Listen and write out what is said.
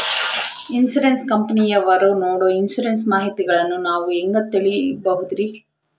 Insurance ಕಂಪನಿಯವರು ನೇಡೊ insurance ಮಾಹಿತಿಗಳನ್ನು ನಾವು ಹೆಂಗ ತಿಳಿಬಹುದ್ರಿ?